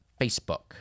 Facebook